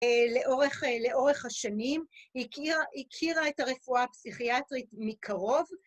לאורך לאורך השנים, הכירה הכירה את הרפואה הפסיכיאטרית מקרוב.